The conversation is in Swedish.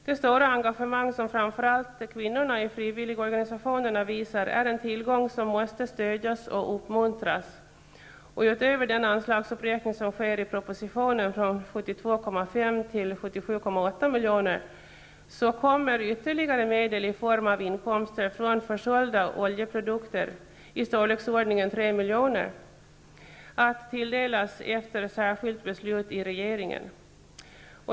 Det stora engagemang som framför allt kvinnorna i frivilligorganisationerna visar är en tillgång som måste stödjas och uppmuntras. Utöver den anslagsuppräkning som sker i propositionen från 72,5 miljoner till 77,8 miljoner så kommer ytterligare medel i form av inkomster från försålda oljeprodukter i storleksordningen 3 miljoner att tilldelas efter särskilt beslut i från regeringen.